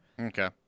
Okay